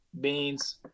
beans